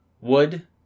Wood